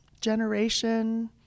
generation